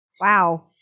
wow